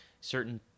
certain